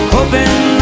Hoping